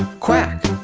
quack